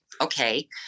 okay